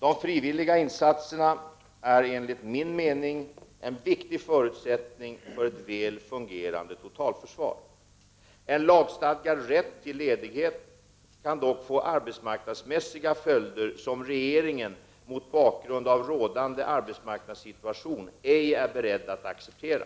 De frivilliga insatserna är enligt min mening en viktig förutsättning för ett väl fungerande totalförsvar. En lagstadgad rätt till ledighet kan dock få arbetsmarknadsmässiga följder som regeringen mot bakgrund av den rådande arbetsmarknadssituationen ej är beredd att acceptera.